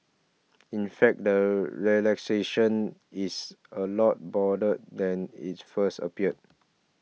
in fact the relaxation is a lot broader than it first appears